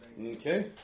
Okay